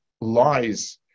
lies